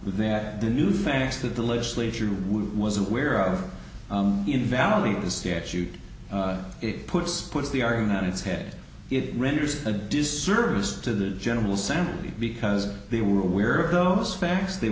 that the new facts that the legislature was aware of in valley the statute it puts puts the argument on its head it renders a disservice to the general sense because they were aware of those facts they